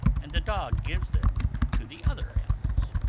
and the dog gives them to the other animals.